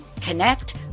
connect